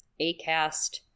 Acast